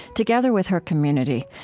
together with her community,